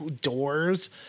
doors